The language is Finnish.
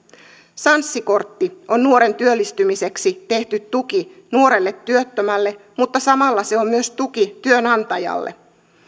sanssi kortti on nuoren työllistymiseksi tehty tuki nuorelle työttömälle mutta samalla se on myös tuki työnantajalle